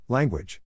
Language